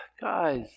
Guys